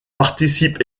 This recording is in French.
participe